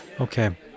okay